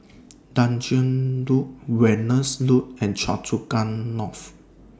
Tanjong Rhu Venus Road and Choa Chu Kang North